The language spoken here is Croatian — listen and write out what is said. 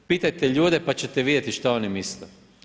Pitajte ljude pa ćete vidjeti šta oni misle.